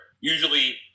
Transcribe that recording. usually